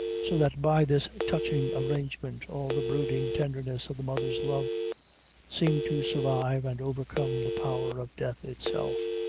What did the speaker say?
so that by this touching arrangement all the brooding tenderness of the mother's love seemed to survive and overcome the power of death itself.